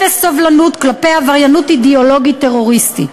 אפס סבלנות כלפי עבריינות אידיאולוגית טרוריסטית.